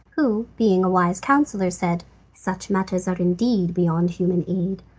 who, being a wise counsellor, said such matters are indeed beyond human aid.